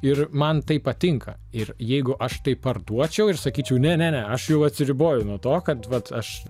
ir man tai patinka ir jeigu aš tai parduočiau ir sakyčiau nene ne aš jau atsiriboju nuo to kad vat aš